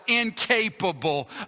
incapable